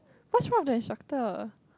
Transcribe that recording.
what's wrong with the instructor